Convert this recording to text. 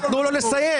תנו לו לסיים.